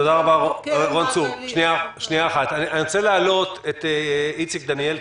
אני רוצה להעלות את איציק דניאל,